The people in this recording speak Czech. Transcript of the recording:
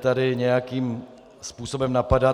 tady nějakým způsobem napadat.